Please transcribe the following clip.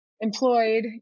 employed